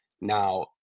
Now